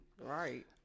right